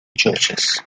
churches